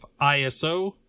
iso